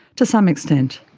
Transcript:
to some extent.